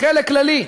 חלק כללי,